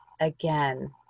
again